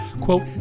quote